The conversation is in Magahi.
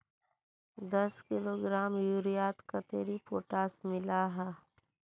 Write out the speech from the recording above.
दस किलोग्राम यूरियात कतेरी पोटास मिला हाँ?